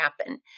happen